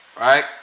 right